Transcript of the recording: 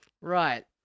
Right